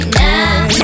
now